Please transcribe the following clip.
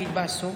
כי יתבאסו.